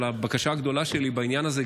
אבל הבקשה הגדולה שלי בעניין הזה,